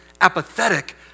apathetic